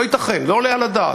לא ייתכן, לא עולה על הדעת.